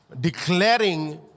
declaring